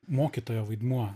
mokytojo vaidmuo